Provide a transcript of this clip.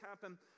happen